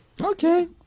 Okay